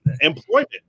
employment